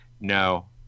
no